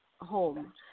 home